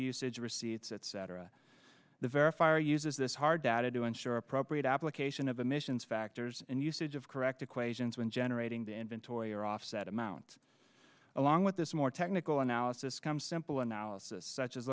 usage receipts etc the verifier uses this hard data to ensure appropriate application of emissions factors and usage of correct equations when generating the inventory or offset amounts along with this more technical analysis comes simple analysis such as